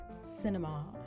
cinema